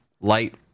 light